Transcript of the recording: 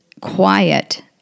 quiet